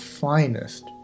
finest